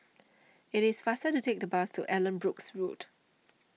it is faster to take the bus to Allanbrooke's Road